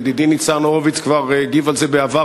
ידידי ניצן הורוביץ כבר הגיב על זה בעבר,